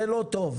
זה לא טוב.